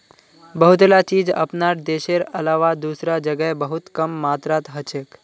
बहुतला चीज अपनार देशेर अलावा दूसरा जगह बहुत कम मात्रात हछेक